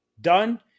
done